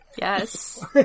Yes